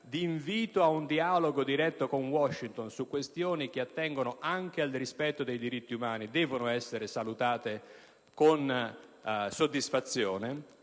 di invito ad un dialogo diretto con Washington su questioni che attengono anche al rispetto dei diritti umani devono essere salutate con soddisfazione